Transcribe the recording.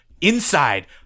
inside